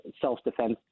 self-defense